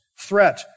threat